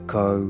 go